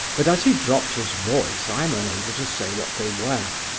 but as he dropped his voice i am unable to say what they were.